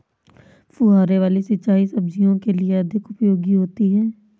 फुहारे वाली सिंचाई सब्जियों के लिए अधिक उपयोगी होती है?